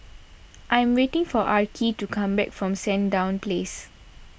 I am waiting for Arkie to come back from Sandown Place